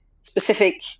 specific